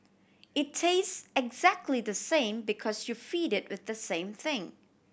it tastes exactly the same because you feed it with the same thing